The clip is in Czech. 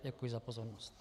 Děkuji za pozornost.